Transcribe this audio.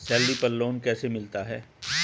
Salary पर loan कैसे मिलता है?